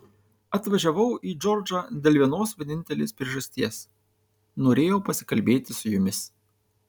atvažiavau į džordžą dėl vienos vienintelės priežasties norėjau pasikalbėti su jumis